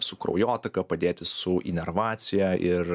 su kraujotaka padėti su inervacija ir